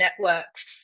networks